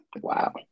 Wow